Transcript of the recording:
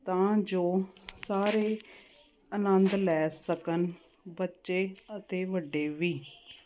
ਤਾਂ ਜੋ ਸਾਰੇ ਆਨੰਦ ਲੈ ਸਕਣ ਬੱਚੇ ਅਤੇ ਵੱਡੇ ਵੀ